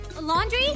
laundry